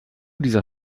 dieser